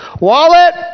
wallet